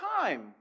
time